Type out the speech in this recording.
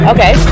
Okay